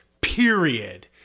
period